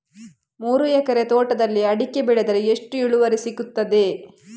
ಮೂರು ಎಕರೆ ತೋಟದಲ್ಲಿ ಅಡಿಕೆ ಬೆಳೆದರೆ ಎಷ್ಟು ಇಳುವರಿ ಸಿಗುತ್ತದೆ?